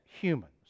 humans